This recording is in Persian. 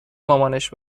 مامانش